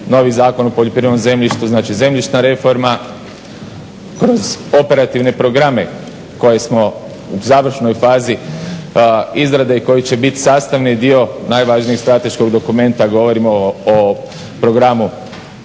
novi Zakon o poljoprivrednom zemljištu, znači zemljišna reforma kroz operativne programe koje smo u završnoj fazi izrade i koji će biti sastavni dio najvažnijeg strateškog dokumenta, govorimo o programu